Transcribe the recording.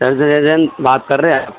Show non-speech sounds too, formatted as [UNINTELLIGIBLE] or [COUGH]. [UNINTELLIGIBLE] بات کر ہے ہیں